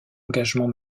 engagement